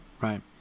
right